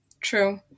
true